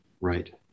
Right